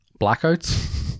Blackouts